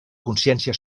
consciència